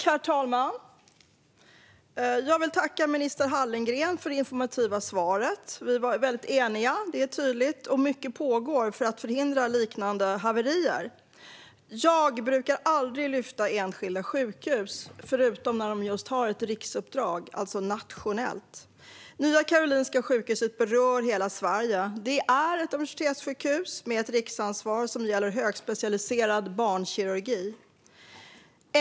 Herr talman! Jag vill tacka minister Hallengren för det informativa svaret. Det är tydligt att vi är eniga, och mycket pågår för att förhindra liknande haverier. Jag brukar aldrig lyfta fram enskilda sjukhus förutom när de har just ett riksuppdrag, det vill säga ett nationellt uppdrag. Nya Karolinska sjukhuset berör hela Sverige. Det är ett universitetssjukhus med ett riksansvar som gäller högspecialiserad barnkirurgi.